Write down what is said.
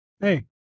hey